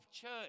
church